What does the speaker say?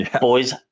Boys